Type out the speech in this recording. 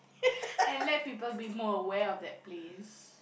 and let people be more aware of that place